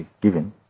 given